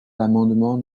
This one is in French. l’amendement